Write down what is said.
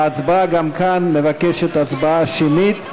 ההצבעה גם כאן, הצבעה שמית.